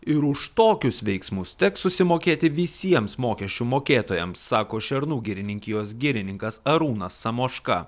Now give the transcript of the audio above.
ir už tokius veiksmus teks susimokėti visiems mokesčių mokėtojams sako šernų girininkijos girininkas arūnas samoška